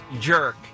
jerk